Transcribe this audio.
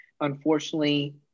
unfortunately